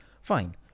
Fine